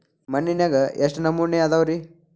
ಮಣ್ಣಿನಾಗ ಎಷ್ಟು ನಮೂನೆ ಅದಾವ ರಿ?